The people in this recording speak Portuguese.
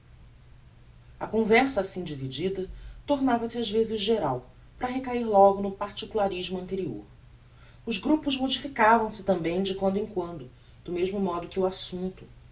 a conversa assim dividida tornava-se ás vezes geral para recair logo no particularismo anterior os grupos modificavam se tambem de quando em quando do mesmo modo que o assumpto